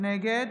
נגד